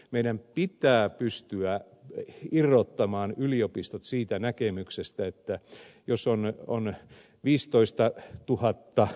meidän pitää pystyä irrottamaan yliopistot siitä näkemyksestä että jos on nyt kolme viisitoista tuhatta